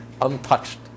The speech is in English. untouched